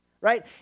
right